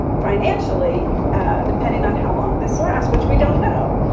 financially depending on how long this lasts, which we don't know.